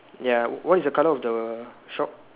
ya what is the colour of the shop